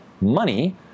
money